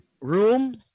Room